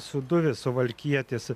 sūduvis suvalkietis